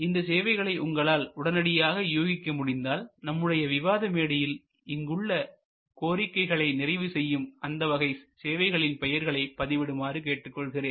இந்த சேவைகளை உங்களால் உடனடியாக யூகிக்க முடிந்தால் நம்முடைய விவாத மேடையில் இங்கு உள்ள கோரிக்கைகளை நிறைவு செய்யும் அந்த வகை சேவைகளின் பெயர்களை பதிவிடுமாறு கேட்டுக் கொள்கிறேன்